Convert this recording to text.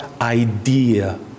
idea